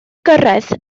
gyrraedd